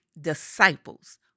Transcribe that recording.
disciples